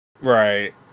Right